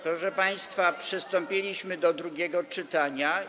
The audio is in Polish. Proszę państwa, przystąpiliśmy do drugiego czytania.